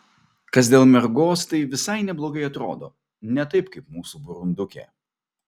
kas dėl mergos tai visai neblogai atrodo ne taip kaip mūsų burundukė